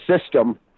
system